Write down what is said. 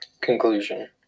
Conclusion